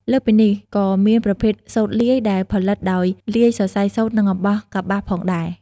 លើសពីនេះ ក៏មានប្រភេទ សូត្រលាយ ដែលផលិតដោយលាយសរសៃសូត្រនិងអំបោះកប្បាសផងដែរ។